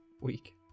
week